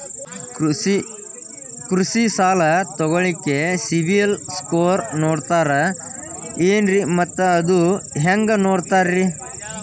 ಕೃಷಿ ಸಾಲ ತಗೋಳಿಕ್ಕೆ ಸಿಬಿಲ್ ಸ್ಕೋರ್ ನೋಡ್ತಾರೆ ಏನ್ರಿ ಮತ್ತ ಅದು ಹೆಂಗೆ ನೋಡ್ತಾರೇ?